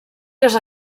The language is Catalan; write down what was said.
les